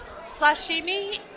Sashimi